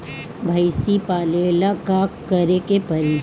भइसी पालेला का करे के पारी?